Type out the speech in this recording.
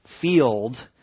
field